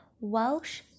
Welsh